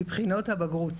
בבחינות הבגרות.